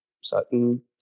certain